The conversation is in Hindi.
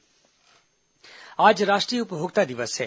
राष्ट्रीय उपभोक्ता दिवस आज राष्ट्रीय उपभोक्ता दिवस है